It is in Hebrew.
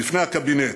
בפני הקבינט: